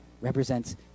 represents